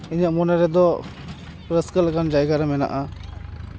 ᱤᱧᱟᱹᱜ ᱢᱚᱱᱮ ᱨᱮᱫᱚ ᱨᱟᱹᱥᱠᱟᱹ ᱞᱮᱠᱟᱱ ᱡᱟᱭᱜᱟ ᱨᱮ ᱢᱮᱱᱟᱜᱼᱟ